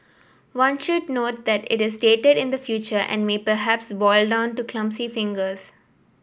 one should note that it is dated in the future and may perhaps boil down to clumsy fingers